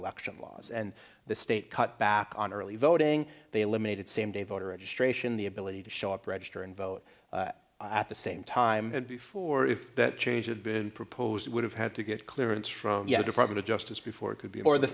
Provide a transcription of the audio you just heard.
election laws and the state cut back on early voting they eliminated same day voter registration the ability to show up register and vote at the same time and before if that changes been proposed it would have had to get clearance from your department of justice before it could before the